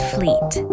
Fleet